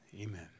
Amen